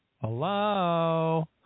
Hello